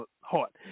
heart